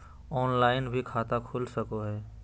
Online भी खाता खूल सके हय?